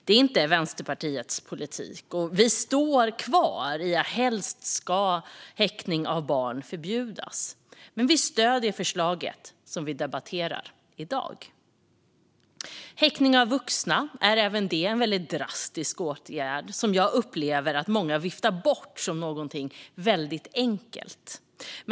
Detta är inte Vänsterpartiets politik, och vi står kvar vid att häktning av barn helst ska förbjudas. Men vi stöder det förslag som debatteras i dag. Även häktning av vuxna är en väldigt drastisk åtgärd som jag upplever att många viftar bort som någonting väldigt enkelt.